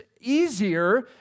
easier